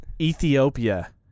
Ethiopia